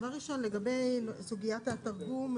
לגבי סוגיית התרגום,